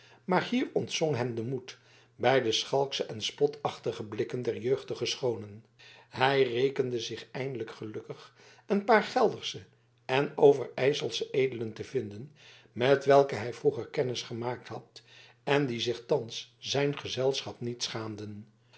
maar hier ontzonk hem de moed bij de schalksche en spotachtige blikken der jeugdige schoonen hij rekende zich eindelijk gelukkig een paar geldersche en overijselsche edelen te vinden met welke hij vroeger kennis gemaakt had en die zich thans zijn gezelschap niet schaamden